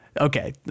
Okay